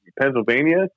pennsylvania